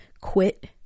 quit